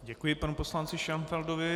Děkuji panu poslanci Šenfeldovi.